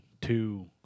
Two